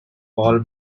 paul